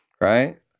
right